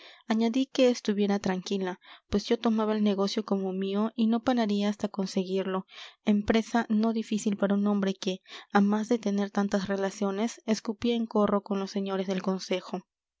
añadí que estuviera tranquila pues yo tomaba el negocio como mío y no pararía hasta conseguirlo empresa no difícil para un hombre que a más de tener tantas relaciones escupía en corro con los señores del consejo